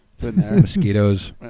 Mosquitoes